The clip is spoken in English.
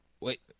wait